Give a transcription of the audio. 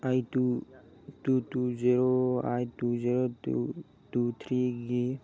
eight two two two zero eight two zero two two ꯊ꯭ꯔꯤꯒꯤ